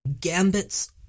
Gambit's